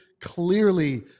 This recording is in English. clearly